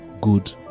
good